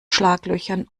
schlaglöchern